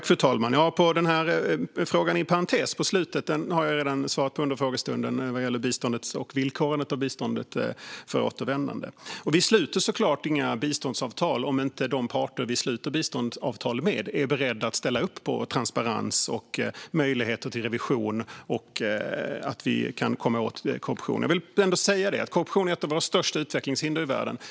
Fru talman! Frågan som ställdes inom parentes på slutet har jag redan svarat på under frågestunden, alltså om villkorande av bistånd med återvändande. Vi sluter inga biståndsavtal om inte de parter vi sluter avtalen med är beredda att ställa upp på transparens och möjligheter till revision, så att vi kan komma åt korruption. Korruption är ett av de största utvecklingshindren i världen.